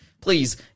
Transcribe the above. Please